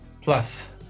plus